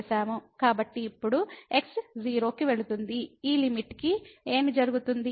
కాబట్టి ఇప్పుడు x 0 కి వెళుతుంది ఈ లిమిట్ కి ఏమి జరుగుతుంది